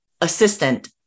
assistant